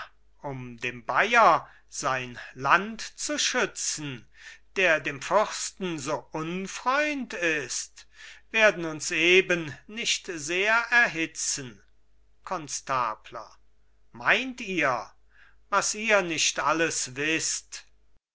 um dem bayer sein land zu schützen der dem fürsten so unfreund ist werden uns eben nicht sehr erhitzen konstabler meint ihr was ihr nicht alles wißt